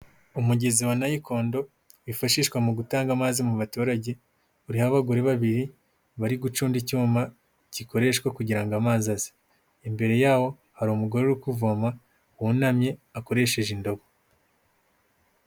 Umugezi wa nayikondo wifashishwa mu gutanga amazi mu baturage, uriho abagore babiri bari gucunda icyuma gikoreshwa kugira ngo amazi aze. Imbere yawo hari umugore uri kuvoma, wunamye akoresheje indobo.